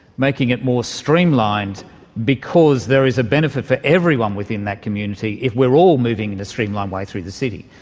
making it more streamlined because there is a benefit for everyone within that community if we're all moving in a streamlined way through the city.